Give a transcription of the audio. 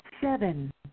seven